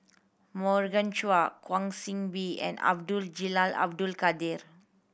Morgan Chua Kwa Soon Bee and Abdul Jalil Abdul Kadir